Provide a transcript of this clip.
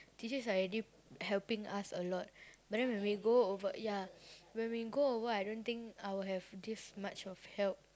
teachers are already helping us a lot but then when we go over ya when we go over I don't think I will have this much of help